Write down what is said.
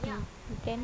mm then